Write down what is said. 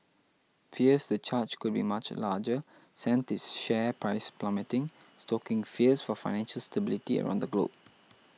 fears the charge could be much larger sent its share price plummeting stoking fears for financial stability around the globe